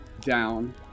down